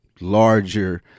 larger